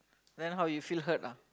then how you feel hurt lah